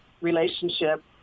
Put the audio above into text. relationship